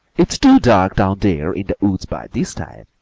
it's too dark down there in the woods by this time.